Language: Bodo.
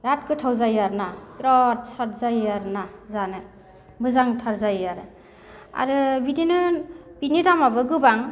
बिराद गोथाव जायो आरोना बिराद साद जायो आरोना जानो मोजांथार जायो आरो बिदिनो बिनि दामाबो गोबां